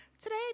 Today